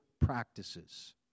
practices